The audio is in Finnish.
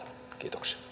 kiitoksia